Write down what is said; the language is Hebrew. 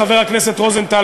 חבר הכנסת רוזנטל,